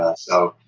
ah so